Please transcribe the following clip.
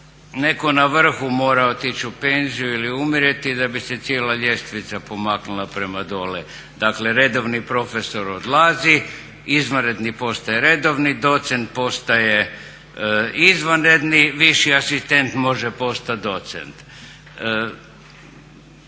netko na vrhu mora otići u penziju ili umrijeti da bi se cijela ljestvica pomaknula prema dole, dakle redovni profesor odlazi, izvanredni postaje redovni docent, postaje izvanredni viši asistent može postati docent.